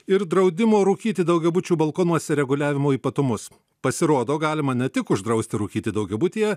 ir draudimo rūkyti daugiabučių balkonuose reguliavimo ypatumus pasirodo galima ne tik uždrausti rūkyti daugiabutyje